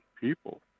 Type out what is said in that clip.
people